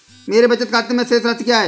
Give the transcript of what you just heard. मेरे बचत खाते में शेष राशि क्या है?